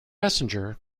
messenger